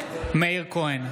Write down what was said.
מאיר כהן,